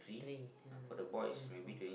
three ah twenty four